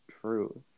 True